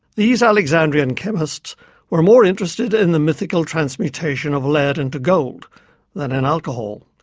these alexandrian chemists were more interested in the mythical transmutation of lead into gold than in alcohol.